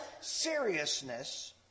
seriousness